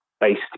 based